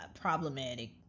problematic